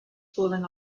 falling